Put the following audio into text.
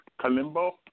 Kalimbo